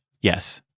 yes